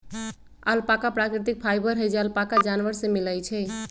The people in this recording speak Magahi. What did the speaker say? अल्पाका प्राकृतिक फाइबर हई जे अल्पाका जानवर से मिलय छइ